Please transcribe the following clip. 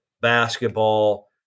basketball